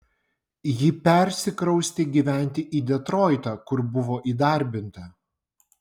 ji persikraustė gyventi į detroitą kur buvo įdarbinta